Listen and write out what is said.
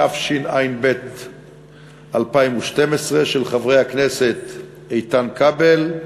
התשע"ב 2012, של חברי הכנסת איתן כבל,